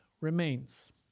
remains